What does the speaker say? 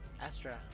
Astra